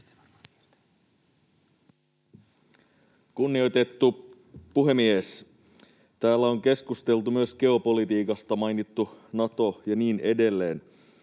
Kunnioitettu puhemies! Täällä on keskusteltu myös geopolitiikasta, mainittu Nato ja niin edelleen,